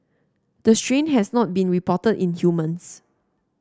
the strain has not been reported in humans